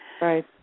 Right